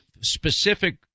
specific